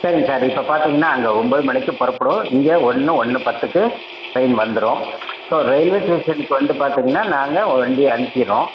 சரிங்க சார் இப்போ பார்தீங்கன்னா அங்கே ஒன்பது மணிக்கு புறப்புடுவோம் இங்கே ஒன்று ஒன்று பத்துக்கு ட்ரைன் வந்துடும் ஸோ ரயில்வே ஸ்டேஷன்கு வந்து பார்த்தீங்கன்னா நாங்கள் வண்டியை அனுப்பிடுகிறோம்